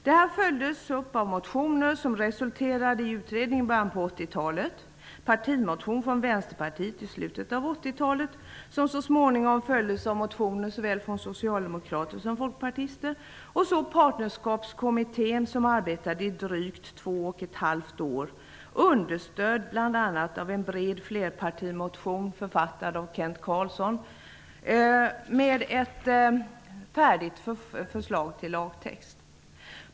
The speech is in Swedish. Uttalandet följdes av motioner som resulterade i en utredning i början på 80-talet och en partimotion från Vänsterpartiet i slutet av 80-talet. De följdes så småningom av motioner från såväl socialdemokrater som folkpartister. Vidare har Partnerskapskommittén arbetat i drygt två och ett halvt år, understödd av bl.a. en bred flerpartimotion -- författad av Kent Carlsson -- med ett färdigt förslag till lagtext.